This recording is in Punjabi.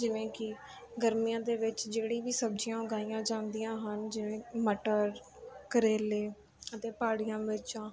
ਜਿਵੇਂ ਕਿ ਗਰਮੀਆਂ ਦੇ ਵਿੱਚ ਜਿਹੜੀ ਵੀ ਸਬਜ਼ੀਆਂ ਉਗਾਈਆਂ ਜਾਂਦੀਆਂ ਹਨ ਜਿਵੇਂ ਮਟਰ ਕਰੇਲੇ ਅਤੇ ਪਹਾੜੀਆਂ ਮਿਰਚਾ